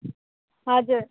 हजुर